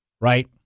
right